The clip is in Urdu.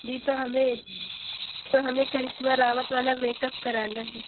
جی تو ہمیں تو ہمیں کرشمہ راوت والا میک اپ کرانا ہے